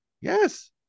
Yes